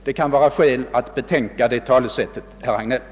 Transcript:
Det kan vara skäl att betänka det talesättet, herr Hagnell.